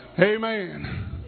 Amen